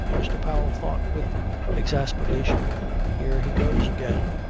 mr. powell thought with exasperation here he goes again,